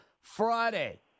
Friday